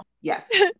yes